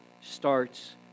starts